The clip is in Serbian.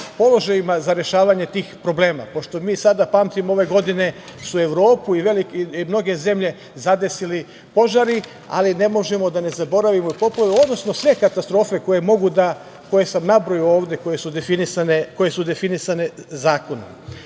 položajima za rešavanje tih problema, pošto mi sada pamtimo da su ove godine Evropu i mnoge zemlje zadesili požari, ali ne možemo da zaboravimo poplave, odnosno sve katastrofe koje sam nabrojao ovde, koje su definisane zakonom. Posebno